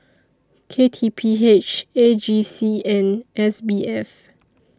K T P H A G C and S B F